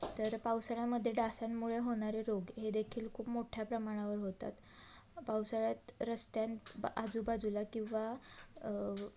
तर पावसाळ्यामध्ये डासांमुळे होणारे रोग हे देखील खूप मोठ्ठ्या प्रमाणावर होतात पावसाळ्यात रस्त्यां आजूबाजूला किंवा